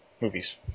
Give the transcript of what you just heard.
movies